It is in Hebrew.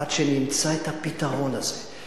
עד שאני אמצא את הפתרון הזה,